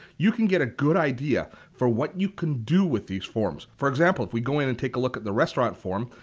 you can get a good idea for what you can do with these forms. for example if we go in and take a look at the restaurant form,